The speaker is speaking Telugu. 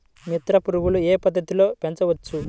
మిత్ర పురుగులు ఏ పద్దతిలో పెంచవచ్చు?